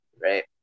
Right